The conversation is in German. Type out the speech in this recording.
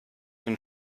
den